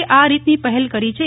એ આ રીતની પહેલ કરી છે